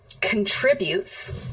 contributes